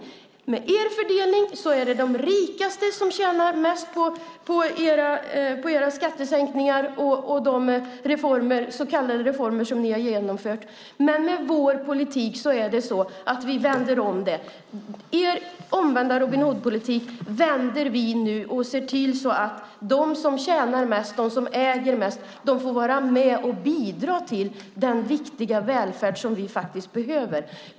Med er fördelning är det de rikaste som tjänar mest på era skattesänkningar och de så kallade reformer som ni har genomfört. Men med vår politik vänder vi om det. Er omvända Robin Hood-politik vänder vi nu och ser till så att de som tjänar mest och äger mest får vara med och bidra till den viktiga välfärd som vi faktiskt behöver.